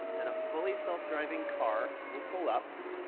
and a fully self-driving car will pull up,